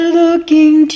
looking